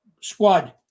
squad